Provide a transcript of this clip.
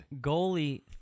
goalie